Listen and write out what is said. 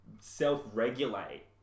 self-regulate